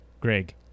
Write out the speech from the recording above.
Greg